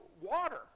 water